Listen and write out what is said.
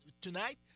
tonight